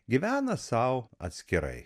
gyvena sau atskirai